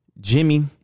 jimmy